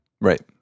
right